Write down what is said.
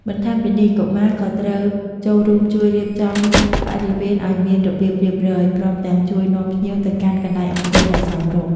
បន្ថែមពីនេះ កុមារក៏ត្រូវចូលរួមជួយរៀបចំបរិវេណឲ្យមានរបៀបរៀបរយ ព្រមទាំងជួយនាំភ្ញៀវទៅកាន់កន្លែងអង្គុយដែលសមរម្យ។